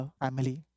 family